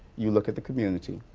you look at the community,